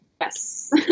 yes